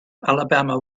alabama